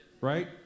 right